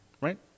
right